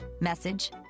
Message